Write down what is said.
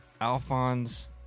Alphonse